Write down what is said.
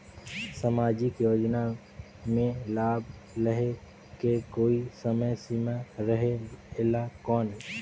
समाजिक योजना मे लाभ लहे के कोई समय सीमा रहे एला कौन?